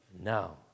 now